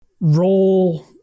Roll